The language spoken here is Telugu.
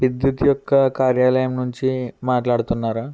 విద్యుత్ యొక్క కార్యాలయం నుంచి మాట్లాడుతున్నారా